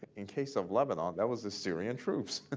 in case of lebanon, that was the syrian troops.